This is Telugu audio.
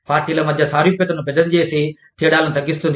పార్టీల మధ్య సారూప్యతను పెద్దది చేసి తేడాలను తగ్గిస్తుంది